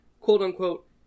quote-unquote